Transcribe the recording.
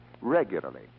regularly